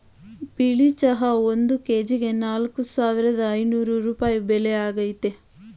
ಬಿಳಿ ಚಹಾ ಒಂದ್ ಕೆಜಿಗೆ ನಾಲ್ಕ್ ಸಾವಿರದ ಐನೂರ್ ರೂಪಾಯಿ ಬೆಲೆ ಆಗೈತೆ